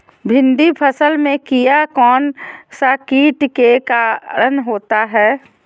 भिंडी फल में किया कौन सा किट के कारण होता है?